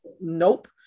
nope